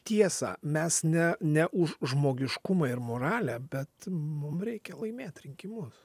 tiesą mes ne ne už žmogiškumą ir moralę bet mum reikia laimėt rinkimus